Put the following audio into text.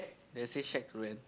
they said shed to rent